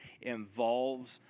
involves